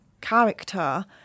character